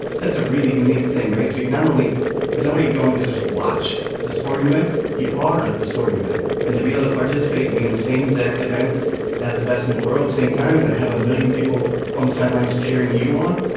that's a really unique thing, right, so you not only is only going to just watch a sporting event, you are at the sporting event. and to be able to participate mean the same exact event as the best in the world, same time. and and have a million people on the sidelines cheering you on.